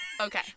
Okay